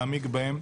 להעמיק בהם,